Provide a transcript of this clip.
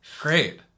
Great